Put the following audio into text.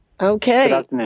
Okay